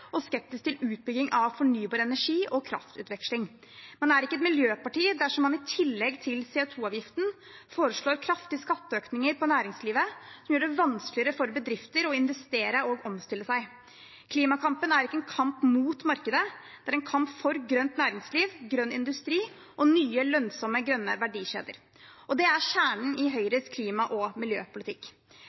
og skeptisk til utbygging av fornybar energi og kraftutveksling. Man er ikke et miljøparti dersom man i tillegg til CO 2 -avgiften foreslår kraftige skatteøkninger for næringslivet og gjør det vanskeligere for bedrifter å investere og omstille seg. Klimakampen er ikke en kamp mot markedet, det er en kamp for grønt næringsliv, grønn industri og nye, lønnsomme, grønne verdikjeder. Det er kjernen i Høyres klima- og miljøpolitikk.